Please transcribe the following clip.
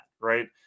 right